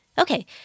Okay